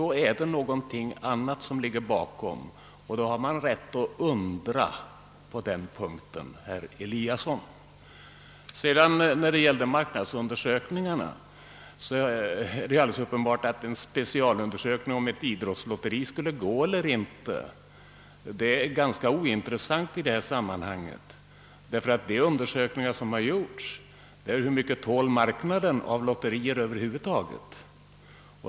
Då är det något annat som ligger bakom, och då har man rätt att undra på den punkten, herr Eliasson. När det gäller marknadsundersökningarna är det alldeles uppenbart, att en specialundersökning huruvida ett idrottslotteri skulle gå eller inte är ganska ointressant i detta sammanhang. De undersökningar som gjorts har nämligen avsett frågan: Hur mycket tål marknaden av lotterier över huvud taget?